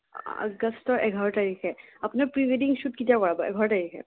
আগষ্টৰ এঘাৰ তাৰিখে আপোনাৰ প্ৰি ৱেডিং শ্বুট কেতিয়া কৰাব এঘাৰ তাৰিখে